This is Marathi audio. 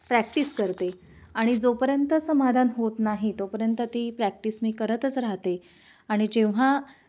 प्रॅक्टिस करते आणि जोपर्यंत समाधान होत नाही तोपर्यंत ती प्रॅक्टिस मी करतच राहाते आणि जेव्हा